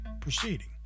proceeding